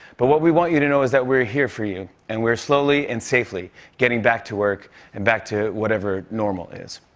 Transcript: but what we want you to know is that we are here for you and we are slowly and safely getting back to work and back to whatever normal is.